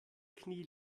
knie